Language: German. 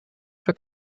für